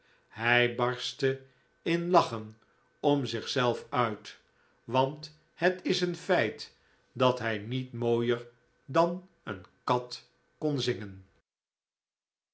hij barstte in lachen om zichzelf uit want het is een feit dat hij niet mooier dan een kat kon zingen